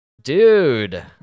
Dude